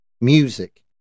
music